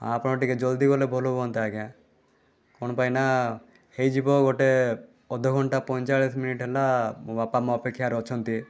ଆପଣ ଟିକିଏ ଜଲ୍ଦି ଗଲେ ଭଲ ହୁଅନ୍ତା ଆଜ୍ଞା କ'ଣପାଇଁନା ହେଇଯିବ ଗୋଟେ ଅଧଘଣ୍ଟା ପଇଁଚାଳିଶ୍ ମିନିଟ୍ ହେଲା ମୋ ବାପାମା' ଅପେକ୍ଷାରେ ଅଛନ୍ତି